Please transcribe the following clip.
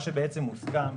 הוסכם,